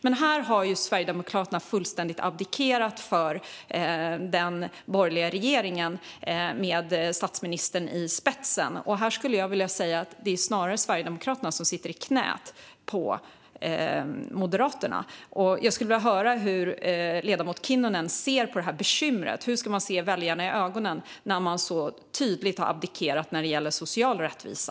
Men här har Sverigedemokraterna fullständigt abdikerat till förmån för den borgerliga regeringen med statsministern i spetsen. Jag skulle vilja säga att det snarare är Sverigedemokraterna som sitter i knät på Moderaterna när det gäller detta. Jag skulle vilja höra hur ledamoten Kinnunen ser på det här bekymret. Hur ska man kunna se väljarna i ögonen när man så tydligt har abdikerat när det gäller social rättvisa?